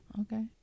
Okay